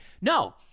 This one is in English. No